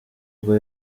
ubwo